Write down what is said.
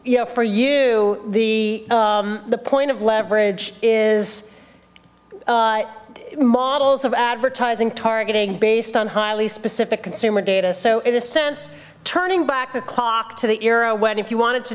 know for you the the point of leverage is models of advertising targeting based on highly specific consumer data so it is sense turning back the clock to the era when if you wanted to